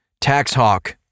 TaxHawk